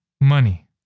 money